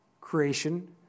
creation